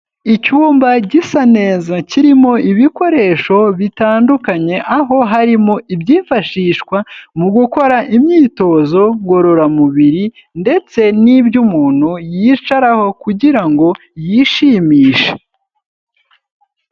Icyumba gisa neza kirimo ibikoresho bitandukanye aho harimo ibyifashishwa mu gukora imyitozo ngororamubiri, ndetse n'ibyo umuntu yicaraho kugira ngo yishimishe.